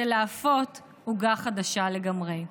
זה לאפות עוגה חדשה לגמרי.